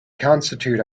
constitute